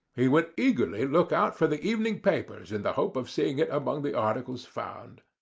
he would eagerly look out for the evening papers in the hope of seeing it among the articles found.